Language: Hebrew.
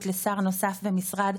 חברות וחברי הכנסת,